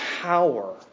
power